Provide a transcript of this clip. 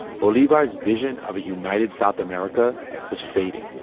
bolivar's vision of a united south america was fading.